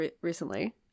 recently